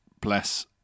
bless